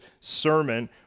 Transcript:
sermon